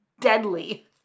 Deadly